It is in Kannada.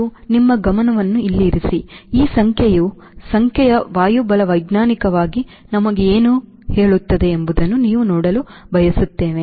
ಮತ್ತು ನಿಮ್ಮ ಗಮನವನ್ನು ಇಲ್ಲಿ ಇರಿಸಿ ಈ ಸಂಖ್ಯೆಯ ಸಂಖ್ಯೆಯು ವಾಯುಬಲವೈಜ್ಞಾನಿಕವಾಗಿ ನಮಗೆ ಏನು ಹೇಳುತ್ತದೆ ಎಂಬುದನ್ನು ನಾವು ನೋಡಲು ಬಯಸುತ್ತೇವೆ